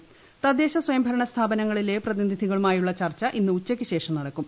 ്തദ്ദേശ സ്വയംഭരണ സ്ഥാപനങ്ങളിലെ പ്രതിനിധികളുമായുള്ള ചർച്ച ഇന്ന് ഉച്ചയ്ക്ക്ശേഷം നടക്കും